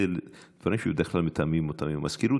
אלה דברים שבדרך כלל מתאמים אותם עם המזכירות,